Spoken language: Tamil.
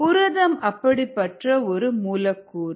புரதமும் அப்படிப்பட்ட ஒரு மூலக்கூறு